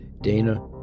Dana